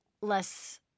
less